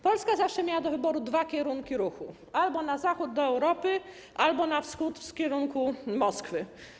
Polska zawsze miała do wyboru dwa kierunki ruchów - albo na Zachód do Europy, albo na Wschód w kierunku Moskwy.